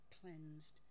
cleansed